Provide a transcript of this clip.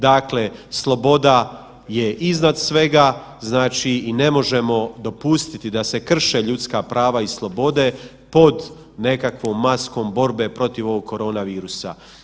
Dakle, sloboda je iznad svega i ne možemo dopustiti da se krše ljudska prava i slobode pod nekakvom maskom borbe protiv ovog korona virusa.